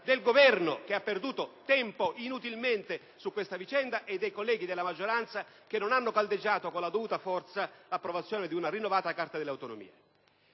del Governo, che ha perduto tempo inutilmente su questa vicenda, e dei colleghi della maggioranza, che non hanno caldeggiato con la dovuta forza l'approvazione di una rinnovata Carta delle autonomie.